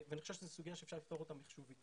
אני חושב שזאת סוגיה שאפשר לפתור אותה מחשובית.